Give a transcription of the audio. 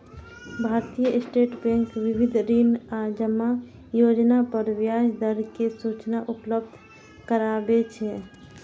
भारतीय state bank विविध ऋण आ जमा योजना पर ब्याज दर के सूचना उपलब्ध कराबै छै